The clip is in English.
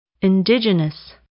Indigenous